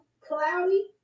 cloudy